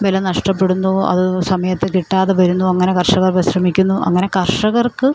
വില നഷ്ടപ്പെടുന്നു അത് സമയത്ത് കിട്ടാതെ വരുന്നു അങ്ങനെ കർഷകർ വിഷമിക്കുന്നു അങ്ങനെ കർഷകർക്ക്